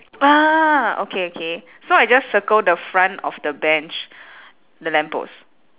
ah okay okay so I just circle the front of the bench the lamp post